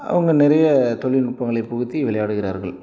அவங்க நிறைய தொலில்நுட்பங்களை புகுத்தி விளையாடுகிறார்கள்